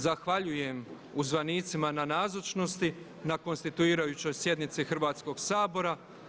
Zahvaljujem uzvanicima na nazočnosti na konstituirajućoj sjednici Hrvatskog sabora.